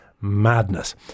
madness